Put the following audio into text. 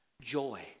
Joy